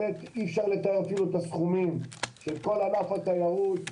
בסכומים שאי אפשר לתאר, של כל ענף התיירות.